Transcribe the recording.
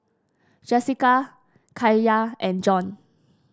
Jessika Kaiya and Jon